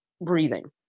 breathing